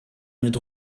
mit